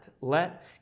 let